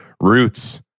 roots